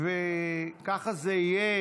וככה זה יהיה.